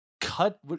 Cut